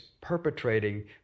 perpetrating